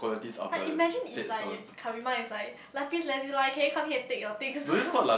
like imagine if like you Karima is like lapis lazuli can you come here and take your things